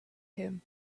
him